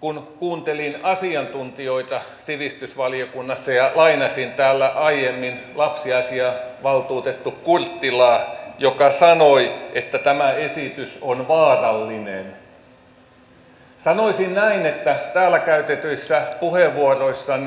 kun kuuntelin asiantuntijoita sivistysvaliokunnassa ja lainasin täällä aiemmin lapsiasiavaltuutettu kurttilaa joka sanoi että tämä esitys on vaarallinen niin sanoisin näin että täällä käytetyissä puheenvuorossa on